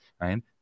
right